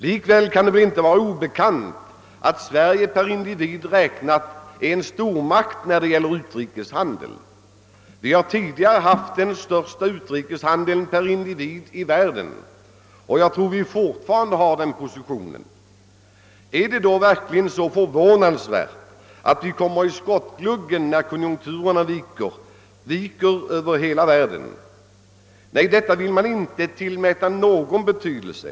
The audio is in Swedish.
Likväl kan det inte vara obekant att Sverige per individ räknat är en stormakt vad beträffar utrikeshandel. Vi har tidigare haft den största utrikeshandeln per individ i världen, och jag tror att vi fortfarande har den positionen. Är det då verkligen så förvånansvärt att vi kommer i skottgluggen, när konjunkturerna viker över hela världen? Detta vill man emellertid inte tillmäta någon betydelse.